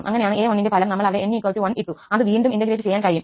അങ്ങനെയാണ് 𝑎1 ന്റെ ഫലം നമ്മൾ അവിടെ 𝑛 1 ഇട്ടു അത് വീണ്ടും സംയോജിപ്പിക്കാൻ കഴിയും